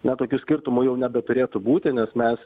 na tokių skirtumų jau nebeturėtų būti nes mes